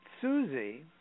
Susie